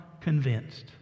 convinced